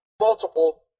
multiple